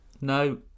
No